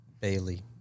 Bailey